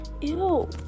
Ew